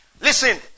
listen